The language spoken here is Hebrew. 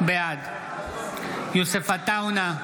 בעד יוסף עטאונה,